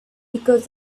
because